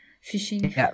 fishing